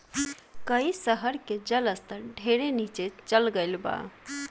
कई शहर के जल स्तर ढेरे नीचे चल गईल बा